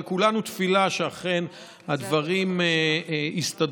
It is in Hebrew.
אבל כולנו תפילה שאכן הדברים יסתדרו,